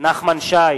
נחמן שי,